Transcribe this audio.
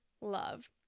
love